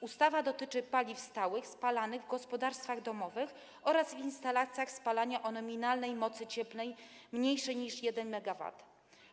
Ustawa dotyczy paliw stałych spalanych w gospodarstwach domowych oraz w instalacjach spalania o nominalnej mocy cieplnej mniejszej niż 1 MW.